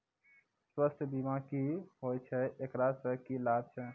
स्वास्थ्य बीमा की होय छै, एकरा से की लाभ छै?